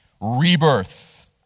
Rebirth